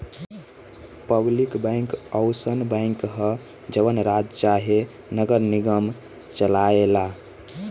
public bank अउसन bank ह जवन राज्य चाहे नगर निगम चलाए ला